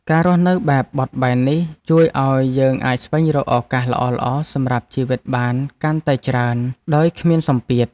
ការរស់នៅបែបបត់បែននេះជួយឱ្យយើងអាចស្វែងរកឱកាសល្អៗសម្រាប់ជីវិតបានកាន់តែច្រើនដោយគ្មានសម្ពាធ។